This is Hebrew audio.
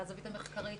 מהזווית המחקרית,